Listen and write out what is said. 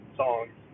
songs